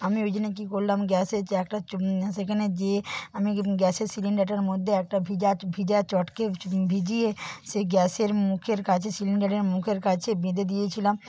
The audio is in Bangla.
আমি ওই জন্য কী করলাম গ্যাসের যে একটা সেখানে গিয়ে আমি গ্যাসের সিলিন্ডারের মধ্যে একটা ভিজা চ ভিজা চটকে ভিজিয়ে সেই গ্যাসের মুখের কাছে সিলিন্ডারের মুখের কাছে বেঁধে দিয়েছিলাম